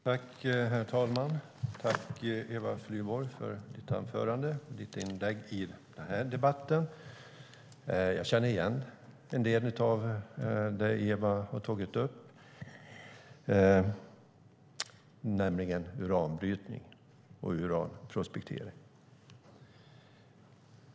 Herr talman! Tack, Eva Flyborg, för ditt anförande och ditt inlägg i debatten. Jag känner igen en del av det som Eva har tagit upp, nämligen uranbrytning och uranprospektering.